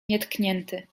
nietknięty